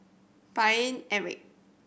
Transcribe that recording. Paine Eric